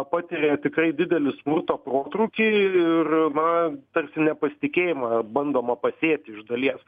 patiria tikrai didelį smurto protrūkį ir na tarsi nepasitikėjimą bandoma pasėti iš dalies